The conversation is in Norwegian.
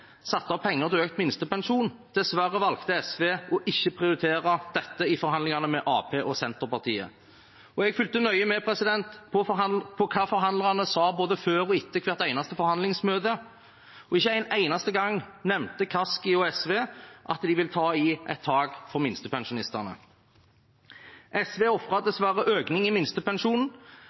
satt av penger til økt minstepensjon. Dessverre valgte SV ikke å prioritere dette i forhandlingene med Arbeiderpartiet og Senterpartiet. Jeg fulgte nøye med på hva forhandlerne sa både før og etter hvert eneste forhandlingsmøte. Ikke en eneste gang nevnte Kaski og SV at de vil ta et tak for minstepensjonistene. SV ofret dessverre en økning i minstepensjonen, på tross av at de før sommeren sto sammen med Fremskrittspartiet og ville løfte minstepensjonen